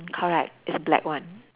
correct it's black one